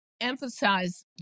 emphasize